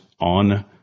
on